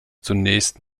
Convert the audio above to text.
zunächst